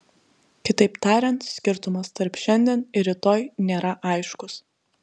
kitaip tariant skirtumas tarp šiandien ir rytoj nėra aiškus